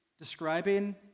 describing